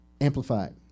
Amplified